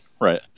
Right